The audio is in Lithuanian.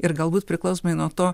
ir galbūt priklausomai nuo to